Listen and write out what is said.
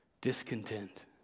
discontent